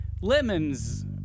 lemons